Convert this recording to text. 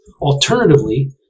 Alternatively